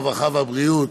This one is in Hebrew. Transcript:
הרווחה והבריאות